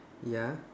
ya